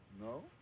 No